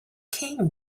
king